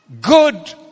Good